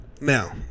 Now